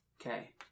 Okay